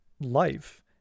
life